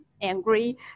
angry